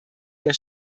der